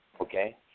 okay